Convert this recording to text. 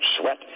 sweat